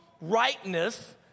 rightness